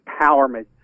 empowerment